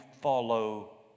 follow